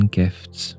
gifts